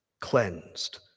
cleansed